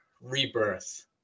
Rebirth